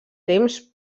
temps